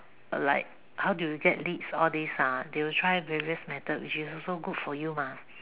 like how do you get leads all these ah they will try various methods which is also good for you mah